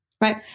right